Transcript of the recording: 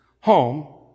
home